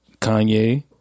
Kanye